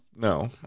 no